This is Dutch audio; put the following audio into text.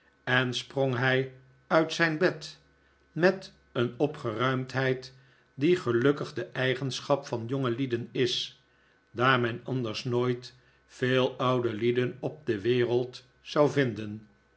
en sprong hij uit zijn bed met een opgeruimdheid die gelukkig de eigenschap van jongelieden is daar men anders nooit veel oude lieden op de wereld zou vinden